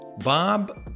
Bob